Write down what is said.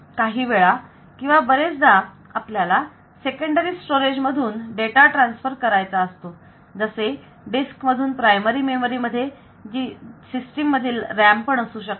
काही वेळा किंवा बरेचदा आपल्याला सेकंडरी स्टोरेज मधून डेटा ट्रान्सफर करायचा असतो जसे डिस्क मधून प्रायमरी मेमरी मध्ये जी सिस्टीम मधील RAM पण असू शकते